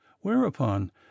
Whereupon